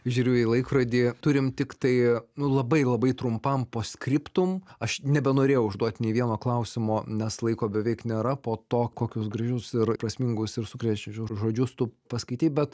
žiūriu į laikrodį turim tiktai nu labai labai trumpam post skriptum aš nebenorėjau užduot nei vieno klausimo nes laiko beveik nėra po to kokius gražius ir prasmingus ir sukrečiančius žodžius tu paskaitei bet